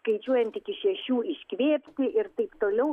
skaičiuojant iki šešių iškvėpti ir taip toliau